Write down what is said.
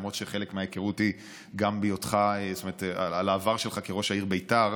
למרות שחלק מההיכרות היא גם מהעבר שלך כראש העיר ביתר.